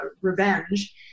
revenge